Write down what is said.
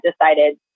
decided